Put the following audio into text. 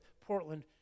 Portland